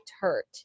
hurt